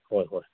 ꯍꯣꯏ ꯍꯣꯏ